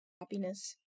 happiness